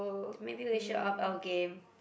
maybe we should up our game